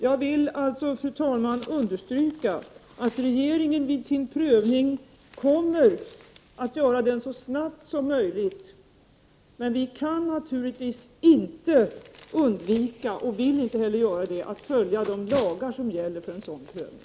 Jag vill alltså, fru talman, understryka att regeringen kommer att göra sin prövning så snabbt som möjligt, men vi kan naturligtvis inte undvika, och vill inte heller göra det, att följa de lagar som gäller för en sådan prövning.